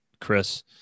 Chris